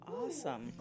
Awesome